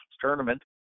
tournament